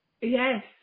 yes